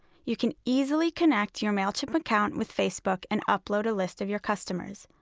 you can easily connect your mailchimp account with facebook and upload a list of your customers.